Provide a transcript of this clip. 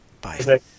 Bye